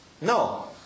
No